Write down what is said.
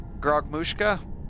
Grogmushka